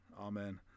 amen